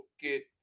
get